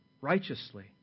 righteously